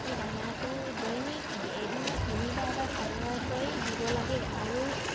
ই দানাটো দৈনিক এদিনত তিনিবাৰ বা চাৰিবাৰকৈ দিব লাগে আৰু